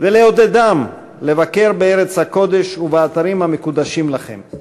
ולעודדם לבקר בארץ הקודש ובאתרים המקודשים לכם.